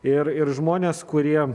ir ir žmonės kurie